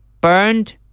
burned